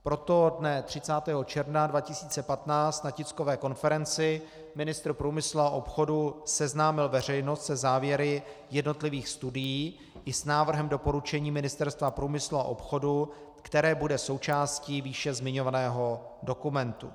Proto dne 30. června 2015 na tiskové konferenci ministr průmyslu a obchodu seznámil veřejnost se závěry jednotlivých studií i s návrhem doporučení Ministerstva průmyslu a obchodu, které bude součástí výše zmiňovaného dokumentu.